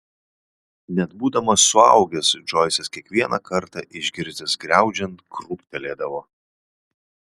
net būdamas suaugęs džoisas kiekvieną kartą išgirdęs griaudžiant krūptelėdavo